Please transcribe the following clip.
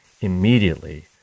immediately